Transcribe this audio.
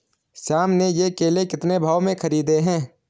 श्याम ने ये केले कितने भाव में खरीदे हैं?